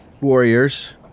warriors